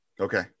okay